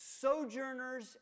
sojourners